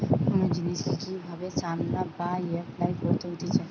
কোন জিনিসকে কি ভাবে চালনা বা এপলাই করতে হতিছে